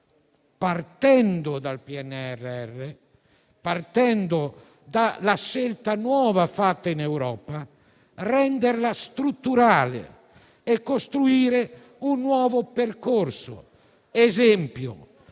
partendo dal PNRR e dalla scelta nuova fatta in Europa, di renderla strutturale e costruire un nuovo percorso. Ad esempio,